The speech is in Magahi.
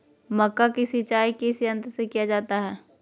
मक्का की सिंचाई किस यंत्र से किया जाता है?